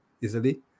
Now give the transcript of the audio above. easily